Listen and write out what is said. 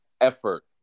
effort